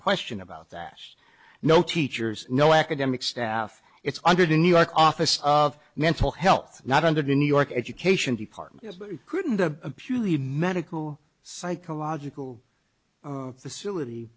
question about that no teachers no academic staff it's under the new york office of mental health not under the new york education department couldn't a medical psychological facility